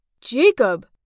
Jacob